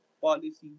policies